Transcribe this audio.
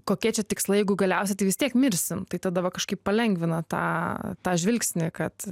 kokie čia tikslai jeigu galiausiai tai vis tiek mirsim tai tada va kažkaip palengvina tą tą žvilgsnį kad